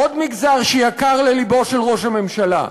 עוד מגזר שיקר ללבו של ראש הממשלה.